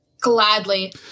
Gladly